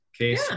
Okay